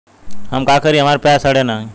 हम का करी हमार प्याज सड़ें नाही?